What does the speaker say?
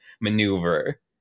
maneuver